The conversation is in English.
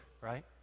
right